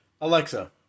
Alexa